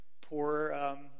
poor